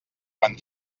quan